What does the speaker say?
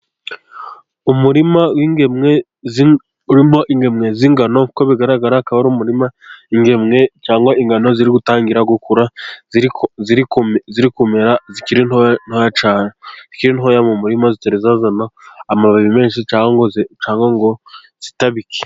Umurima w'ingemwe, urimo ingemwe z'ingano, uko bigaragara akaba ari umurima w'ingemwe cyangwa ingano ziri gutangira gukura, ziri kumera, zikiri ntoya cyane, zikiri ntoya mu murima, zitari zazana amababi menshi, cyangwa ngo zitabike.